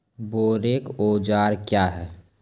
बोरेक औजार क्या हैं?